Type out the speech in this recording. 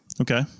Okay